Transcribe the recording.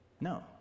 No